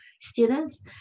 students